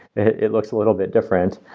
it looks a little bit different.